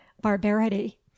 barbarity